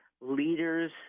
leaders